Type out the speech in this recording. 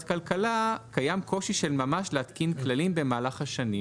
כלכלה קיים קושי של ממש להתקין כללים במהלך השנים.